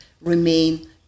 remain